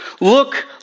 Look